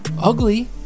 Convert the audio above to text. ugly